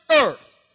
earth